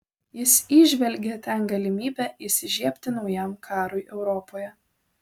jis įžvelgė ten galimybę įsižiebti naujam karui europoje